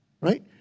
right